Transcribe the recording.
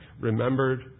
remembered